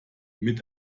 mit